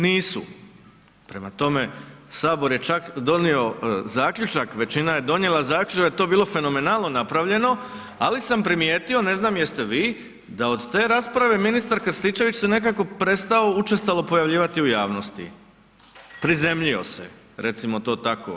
Nisu, prema tome HS je čak donio zaključak, većina je donijela zaključak da je to bilo fenomenalno napravljeno, ali sam primijetio, ne znam jeste vi, da od te rasprave ministar Krstičević se nekako prestao učestalo pojavljivati u javnosti, prizemljio se, recimo to tako.